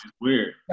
weird